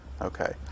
Okay